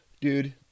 Dude